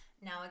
Now